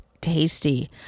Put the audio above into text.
tasty